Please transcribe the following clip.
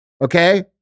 okay